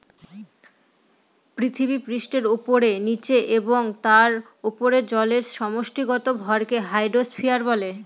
পৃথিবীপৃষ্ঠের উপরে, নীচে এবং তার উপরে জলের সমষ্টিগত ভরকে হাইড্রোস্ফিয়ার বলে